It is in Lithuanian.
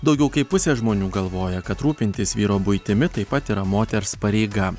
daugiau kaip pusė žmonių galvoja kad rūpintis vyro buitimi taip pat yra moters pareiga